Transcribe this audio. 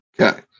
okay